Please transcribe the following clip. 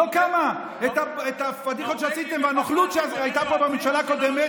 את הפדיחות שעשיתם ואת הנוכלות שהייתה פה בממשלה הקודמת,